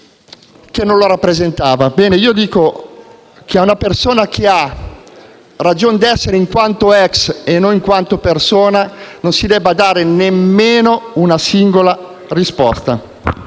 che non lo rappresentava. Ritengo che ad una persona che ha ragion d'essere in quanto "ex" e non in quanto persona non si debba dare nemmeno una singola risposta.